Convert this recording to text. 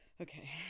Okay